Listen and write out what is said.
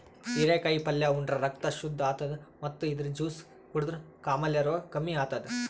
ಹಿರೇಕಾಯಿ ಪಲ್ಯ ಉಂಡ್ರ ರಕ್ತ್ ಶುದ್ದ್ ಆತದ್ ಮತ್ತ್ ಇದ್ರ್ ಜ್ಯೂಸ್ ಕುಡದ್ರ್ ಕಾಮಾಲೆ ರೋಗ್ ಕಮ್ಮಿ ಆತದ್